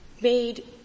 made